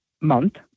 month